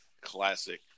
classic